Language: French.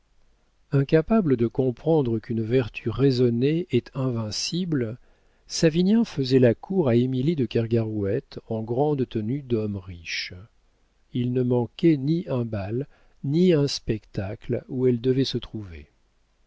incapable de comprendre qu'une vertu raisonnée est invincible savinien faisait la cour à émilie de kergarouët en grande tenue d'homme riche il ne manquait ni un bal ni un spectacle où elle devait se trouver